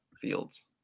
Fields